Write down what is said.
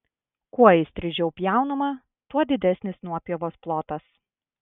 kuo įstrižiau pjaunama tuo didesnis nuopjovos plotas